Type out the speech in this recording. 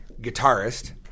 guitarist